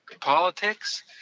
politics